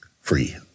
free